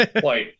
white